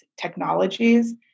technologies